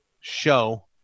show